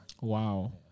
Wow